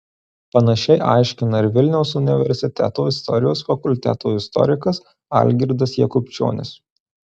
panašiai aiškina ir vilniaus universiteto istorijos fakulteto istorikas algirdas jakubčionis